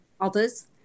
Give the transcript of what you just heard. others